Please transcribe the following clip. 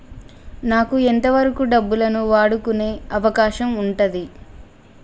నాకు ఎంత వరకు డబ్బులను వాడుకునే అవకాశం ఉంటది?